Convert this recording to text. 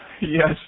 Yes